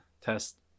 test